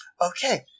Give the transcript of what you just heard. Okay